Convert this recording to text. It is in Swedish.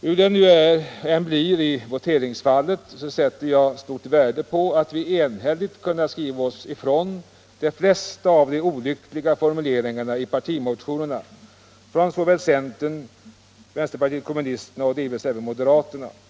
Hur det nu än blir i voteringsfallet sätter jag värde på att vi enhälligt kunnat skriva oss ifrån de flesta av de olyckliga formuleringarna i partimotionerna från såväl centern som vpk och delvis även från moderata samlingspartiet.